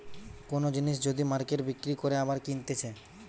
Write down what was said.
কোন জিনিস যদি মার্কেটে বিক্রি করে আবার কিনতেছে